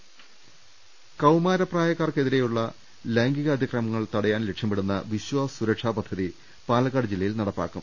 രുടെട്ടിട്ടുള കൌമാരപ്രായക്കെതിരെയുള്ള ലൈംഗികാതിക്രമങ്ങൾ തടയാൻ ലക്ഷ്യമിടുന്ന വിശ്വാസ് സുരക്ഷാ പദ്ധതി പാലക്കാട് ജില്ലയിൽ നടപ്പാക്കും